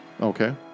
Okay